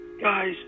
guys